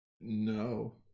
No